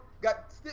Got